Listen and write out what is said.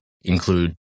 include